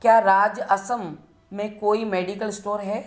क्या राज्य असम में कोई मेडिकल इस्टोर है